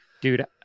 dude